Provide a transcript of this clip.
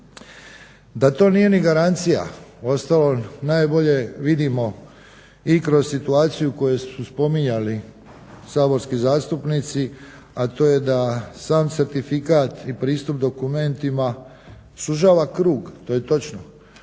Da to nije ni garancija uostalom najbolje vidimo i kroz situaciju koju su spominjali saborski zastupnici, a to je da sam certifikat i pristup dokumentima sužava krug, to je točno.